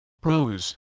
Pros